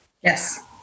Yes